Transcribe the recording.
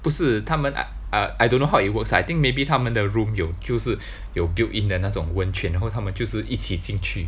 不是他们 uh uh I don't know how it works I think maybe 他们的 room 有就是有 built in 的那种温泉然后他们就是一起进去